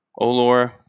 Olor